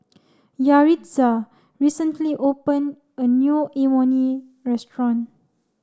Yaritza recently open a new Imoni restaurant